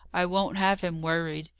i won't have him worried.